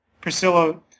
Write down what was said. Priscilla